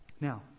Now